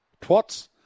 twats